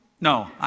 No